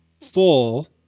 full